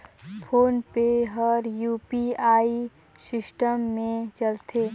phone पे हर UPI system मे चलथे